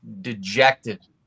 dejected